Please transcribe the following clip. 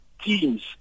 teams